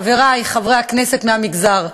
חברי חברי הכנסת מהמגזר,